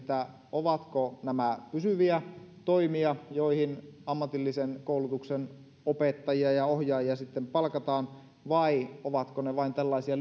ovatko nämä pysyviä toimia joihin ammatillisen koulutuksen opettajia ja ohjaajia sitten palkataan vai ovatko ne vain tällaisia